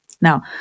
Now